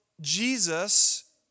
Jesus